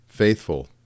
faithful